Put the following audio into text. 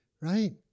right